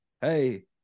hey